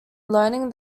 learned